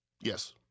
Yes